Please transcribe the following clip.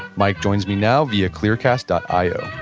mike joins me now via clearcast io